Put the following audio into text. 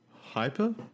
Hyper